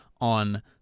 on